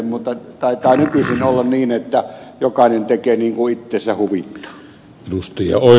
mutta taitaa nykyisin olla niin että jokainen tekee niin kuin itseänsä huvittaa